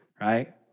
right